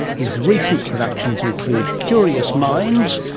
his recent productions include curious minds,